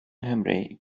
nghymru